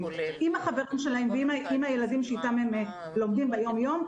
עם החברים שלהם ועם הילדים שאיתם הם לומדים ביום-יום,